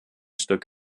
stück